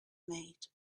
made